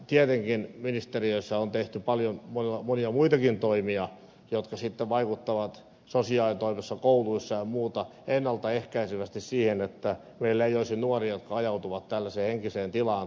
tietenkin ministeriöissä on tehty paljon monia muitakin toimia jotka sitten vaikuttavat sosiaalitoimessa kouluissa ja muuten ennalta ehkäisevästi siihen että meillä ei olisi nuoria jotka ajautuvat tällaiseen henkiseen tilaan tai voivat tällaisen kauhuteon tehdä